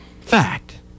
fact